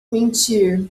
mentir